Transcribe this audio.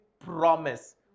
promise